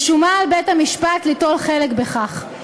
ושומה על בית-המשפט ליטול חלק בכך.